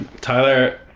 Tyler